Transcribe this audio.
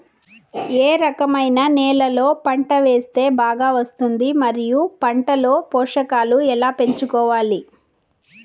ఏ రకమైన నేలలో పంట వేస్తే బాగా వస్తుంది? మరియు పంట లో పోషకాలు ఎలా పెంచుకోవాలి?